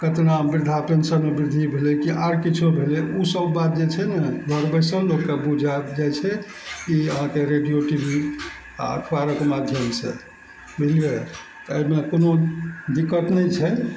कतना वृद्धा पेंशनमे वृद्धि भेलय कि आर किछो भेलय उ सब बात जे छै ने घर बैसल लोकके बुझा जाइ छै ई अहाँके रेडियो टी वी आओर अखबारक माध्यमसँ बुझलियै तऽ अइमे कोनो दिक्कत नहि छै